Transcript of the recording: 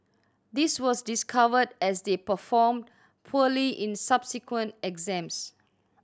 this was discovered as they performed poorly in subsequent exams